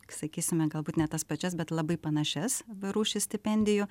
sakysime galbūt ne tas pačias bet labai panašias rūšis stipendijų